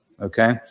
okay